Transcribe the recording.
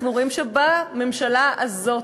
אנחנו רואים בממשלה הזאת,